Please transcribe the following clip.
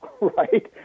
right